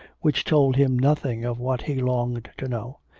which told him nothing of what he longed to know.